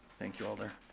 thank you alder.